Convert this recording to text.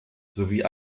sowie